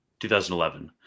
2011